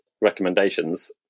recommendations